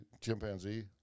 chimpanzee